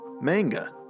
manga